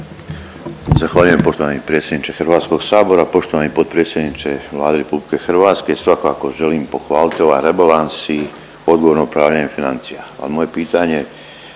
Zahvaljujem poštovani predsjedniče Hrvatskog sabora. Poštovani potpredsjedniče Vlade RH svakako želim pohvaliti ovaj rebalans i odgovorno upravljanje financija, a moje pitanje bi